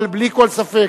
אבל בלי כל ספק,